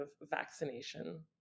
vaccination